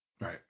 Right